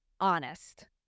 Honest